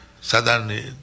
southern